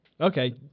Okay